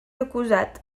acusat